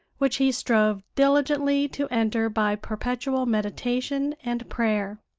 which he strove diligently to enter by perpetual meditation and prayer.